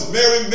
Mary